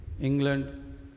england